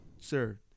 sir